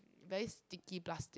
very sticky plastic